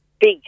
Big